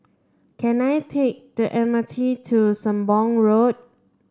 can I take the M R T to Sembong Road